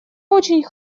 очень